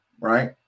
right